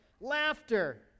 Laughter